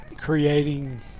creating